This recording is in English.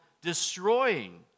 destroying